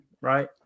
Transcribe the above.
right